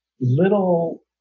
little